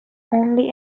only